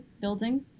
building